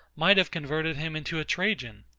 might have converted him into a trajan.